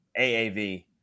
AAV